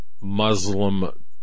Muslim